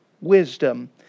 wisdom